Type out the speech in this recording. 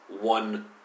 one